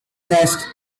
nest